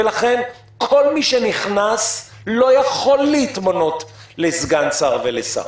ולכן כל מי שנכנס לא יכול להתמנות לסגן שר ולשר,